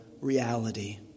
reality